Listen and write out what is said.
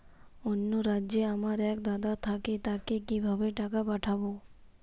অন্য রাজ্যে আমার এক দাদা থাকে তাকে কিভাবে টাকা পাঠাবো?